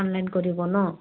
online কৰিব নহ্